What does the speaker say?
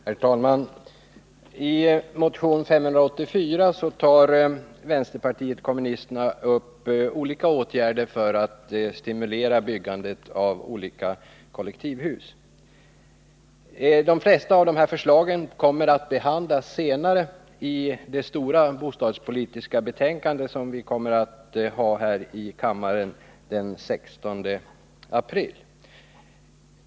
Herr talman! I motion 584 tar vänsterpartiet kommunisterna upp olika åtgärder för att stimulera byggande av kollektivhus. De flesta av förslagen kommer att behandlas senare i det stora bostadspolitiska betänkande som vi skall diskutera här i kammaren den 16 april.